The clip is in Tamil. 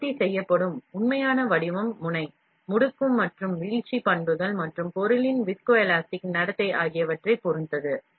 உற்பத்தி செய்யப்படும் உண்மையான வடிவம் முனை முடுக்கம் மற்றும் வீழ்ச்சி பண்புகள் மற்றும் பொருளின் விஸ்கோலாஸ்டிக் பண்பு ஆகியவற்றைப் பொறுத்தது